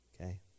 okay